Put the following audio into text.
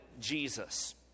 Jesus